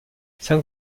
cinq